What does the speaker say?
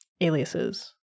aliases